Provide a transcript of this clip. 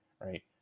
Right